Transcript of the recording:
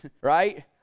right